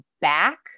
back